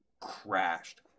crashed